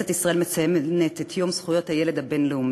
כנסת ישראל מציינת היום את יום זכויות הילד הבין-לאומי,